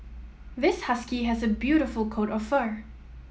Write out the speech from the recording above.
this husky has a beautiful coat of fur